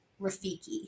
Rafiki